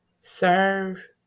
Serve